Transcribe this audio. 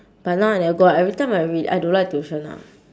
but now I never go everytime I really I don't like tuition ah